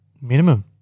minimum